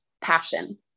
passion